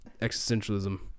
existentialism